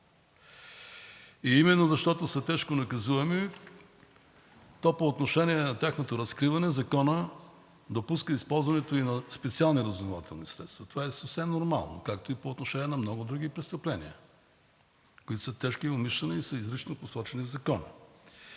Именно защото са тежко наказуеми, то по отношение на тяхното разкриване Законът допуска използването и на специални разузнавателни средства – това е съвсем нормално, както и по отношение на много други престъпления, които са тежки, умишлени и са изрично посочени в Закона.